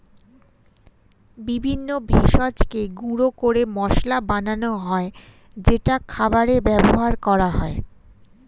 বিভিন্ন ভেষজকে গুঁড়ো করে মশলা বানানো হয় যেটা খাবারে ব্যবহার করা হয়